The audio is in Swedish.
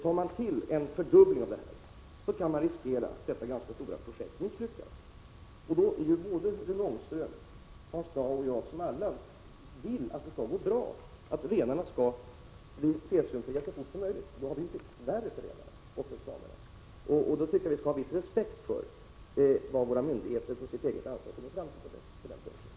Gör man en fördubbling av programmet kan man riskera att detta ganska stora projekt misslyckas. Då har vi gjort det värre för renarna och samerna. Rune Ångström, Hans Dau och jag vill alla att det skall gå bra, att renarna skall bli cesiumfria så fort som möjligt. Då tycker jag vi skall ha viss respekt för vad våra myndigheter på sitt eget ansvar har kommit fram till på den punkten.